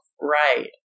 Right